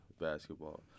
basketball